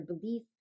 belief